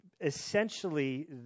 essentially